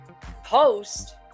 Post